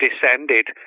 descended